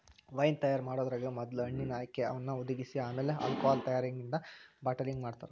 wine ತಯಾರ್ ಮಾಡೋದ್ರಾಗ ಮೊದ್ಲ ಹಣ್ಣಿನ ಆಯ್ಕೆ, ಅವನ್ನ ಹುದಿಗಿಸಿ ಆಮೇಲೆ ಆಲ್ಕೋಹಾಲ್ ತಯಾರಾಗಿಂದ ಬಾಟಲಿಂಗ್ ಮಾಡ್ತಾರ